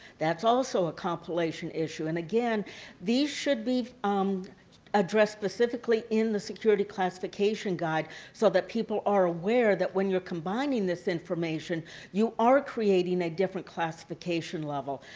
that's also a compilation issue and again these should be um addressed specifically in the security classification guide so that people are aware that when you're combining this information you are creating a different classification level.